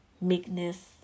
meekness